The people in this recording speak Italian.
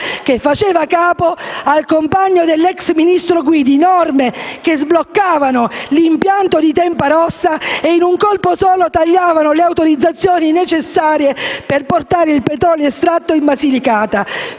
che faceva capo al compagno dell'*ex* ministro Guidi, norme che sbloccavano l'impianto di Tempa Rossa e in un colpo solo tagliavano le autorizzazioni necessarie per portare il petrolio estratto in Basilicata